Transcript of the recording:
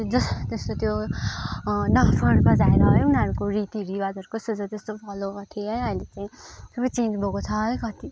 just त्यस्तो त्यो नफ्फुहरू बजाएर उनीहरूको रीति रिवाज कस्तो छ त्यस्तो फलो गर्थे है अहिले चाहिँ सबै चेन्ज भएको छ है कति